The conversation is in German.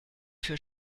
für